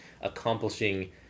accomplishing